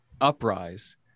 Uprise